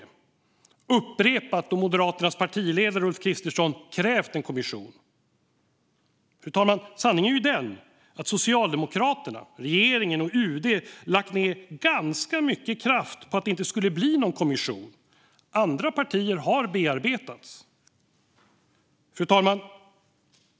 Detta har upprepats då Moderaternas partiledare Ulf Kristersson krävt en kommission. Fru talman! Sanningen är den att Socialdemokraterna, regeringen och UD har lagt ned ganska mycket kraft på att det inte ska bli någon kommission. Andra partier har bearbetats. Fru talman!